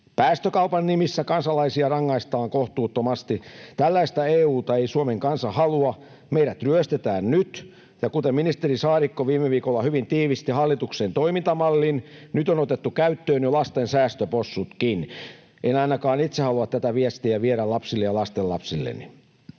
Päästökaupan nimissä kansalaisia rangaistaan kohtuuttomasti. Tällaista EU:ta ei Suomen kansa halua. Meidät ryöstetään nyt, ja kuten ministeri Saarikko viime viikolla hyvin tiivisti hallituksen toimintamallin, nyt on otettu käyttöön jo lasten säästöpossutkin. En ainakaan itse halua tätä viestiä viedä lapsille ja lastenlapsille.